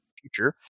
future